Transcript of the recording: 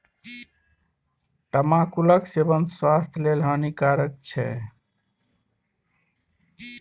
तमाकुलक सेवन स्वास्थ्य लेल हानिकारक छै